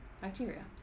bacteria